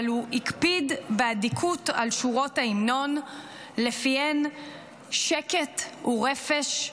אבל הוא הקפיד באדיקות על שורות ההמנון שלפיהן "שקט הוא רפש,